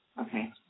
okay